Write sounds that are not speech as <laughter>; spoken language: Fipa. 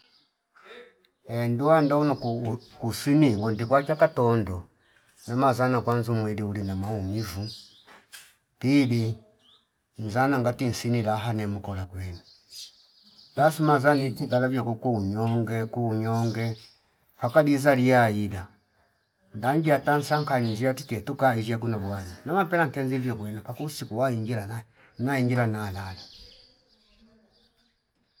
<noise> Enduwa ndonu kuu kusimi ngondi kwacha katondo zima sana kwanzu mwili uli na maumivu <noise> pili nzana ngati insi raha nem kora kwene <noise> gafu maza ndincgi ndala viokuku kunywa nge <noise> kunyonge aga gizalia ila ndangi atansanga aninjiatu ketu kalizshio kunogwana napela tenzi liogwini akunsi kuwangila na, nainjila nalala <noise>